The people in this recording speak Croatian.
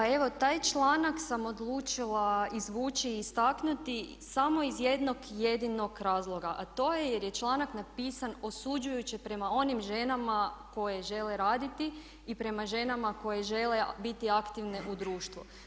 Pa evo, taj članak sam odlučila izvući i istaknuti samo iz jednog jedinog razloga, a to je jer je članak napisan osuđujuće prema onim ženama koje žele raditi i prema ženama koje žele biti aktivne u društvu.